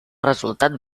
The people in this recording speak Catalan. resultat